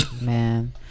Man